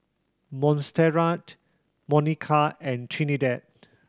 Montserrat Monika and Trinidad